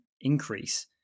increase